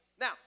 Now